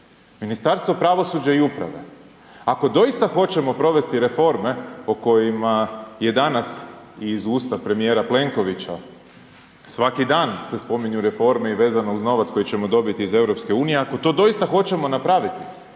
Ministarstvo pravosuđa i uprave ako doista hoćemo provesti reforme o kojima je danas iz usta premijera Plenkovića, svaki dan se spominju reforme i vezano uz novac koji ćemo dobiti iz EU, ako to doista hoćemo napraviti